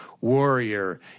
warrior